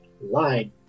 Lied